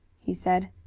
he said.